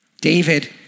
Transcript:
David